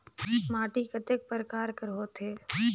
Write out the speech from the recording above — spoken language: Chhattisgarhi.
माटी कतेक परकार कर होथे?